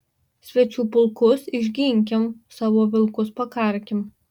svečių pulkus išginkim savo vilkus pakarkim